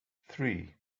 three